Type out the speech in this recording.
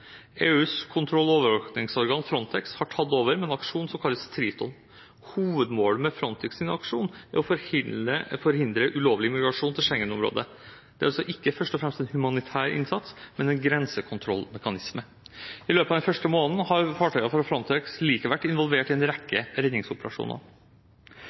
EUs kontroll- og overvåkingsorgan Frontex har tatt over med en aksjon som kalles Triton. Hovedmålet med Frontex’ aksjon er å forhindre ulovlig immigrasjon til Schengen-området. Det er altså ikke først og fremst en humanitær innsats, men en grensekontroll-mekanisme. I løpet av den første måneden har fartøyer fra Frontex likevel vært involvert i en rekke redningsoperasjoner.